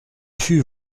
fut